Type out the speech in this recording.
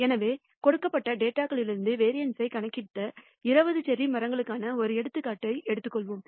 எனவே கொடுக்கப்பட்ட டேட்டாகளிலிருந்து வேரியன்ஸ் ஐ கணக்கிட்ட 20 செர்ரி மரங்களுக்காண ஒரு எடுத்துக்காட்டு எடுத்துக்கொள்வோம்